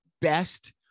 best